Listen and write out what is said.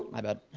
my bad